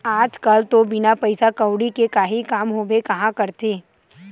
आज कल तो बिना पइसा कउड़ी के काहीं काम होबे काँहा करथे